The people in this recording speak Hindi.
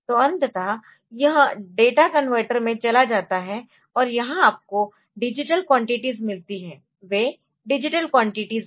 तो अंततः यह डेटा कनवर्टर में चला जाता है और यहां आपको डिजिटल क्वान्टिटीज़ मिलती है वे डिजिटल क्वान्टिटीज़ है